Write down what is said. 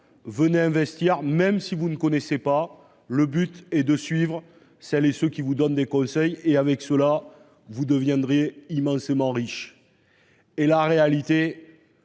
venez investir, même si vous ne connaissait pas. Le but est de suivre celles et ceux qui vous donne des conseils et avec cela vous deviendrez immensément riche. Et la réalité.